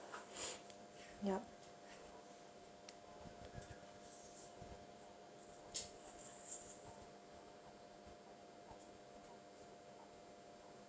yup